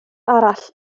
arall